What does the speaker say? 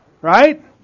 Right